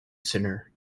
center